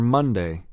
Monday